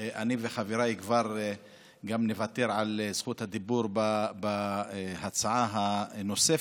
וככה אני וחברי כבר גם נוותר על זכות הדיבור בהצעה הנוספת.